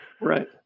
Right